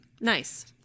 Nice